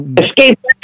Escape